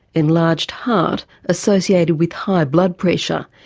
enlarged heart associated with high blood pressure.